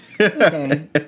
okay